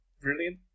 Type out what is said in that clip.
brilliant